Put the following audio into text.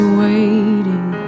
waiting